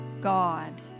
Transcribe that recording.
God